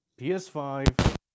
PS5